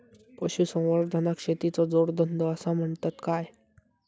पशुसंवर्धनाक शेतीचो जोडधंदो आसा म्हणतत काय?